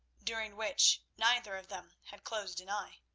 during which neither of them had closed an eye.